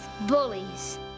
Bullies